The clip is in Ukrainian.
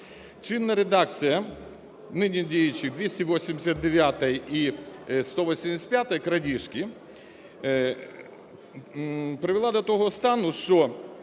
Чинна редакція нині діючої 289-ї і 185-ї, крадіжки, привела до того стану, що